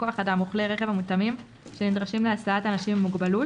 כוח אדם וכלי רכב מותאמים שנדרשים להסעת אנשים עם מוגבלות,